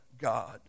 God